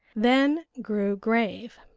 then grew grave.